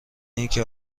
اینکه